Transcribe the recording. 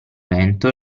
vento